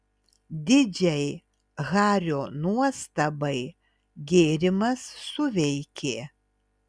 didžiai hario nuostabai gėrimas suveikė